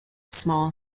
small